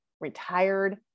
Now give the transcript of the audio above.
retired